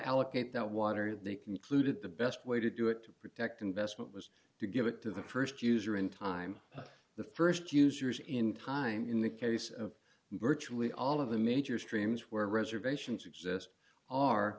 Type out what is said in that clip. allocate that water they concluded the best way to do it to protect investment was to give it to the st user in time the st users in time in the case of virtually all of the major streams where reservations exist are